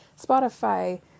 Spotify